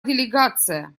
делегация